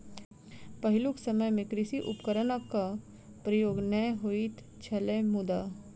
पहिलुक समय मे कृषि उपकरणक प्रयोग नै होइत छलै मुदा